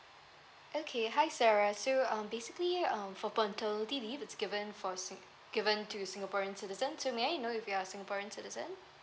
okay hi sarah so um basically um for paternity leave it's given for sing~ given to singaporean citizen so may I know if you're singaporean citizen